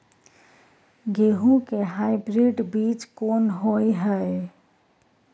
गेहूं के हाइब्रिड बीज कोन होय है?